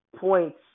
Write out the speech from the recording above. points